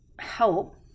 help